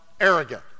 arrogant